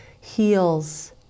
heals